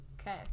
Okay